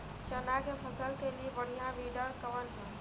चना के फसल के लिए बढ़ियां विडर कवन ह?